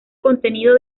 contenido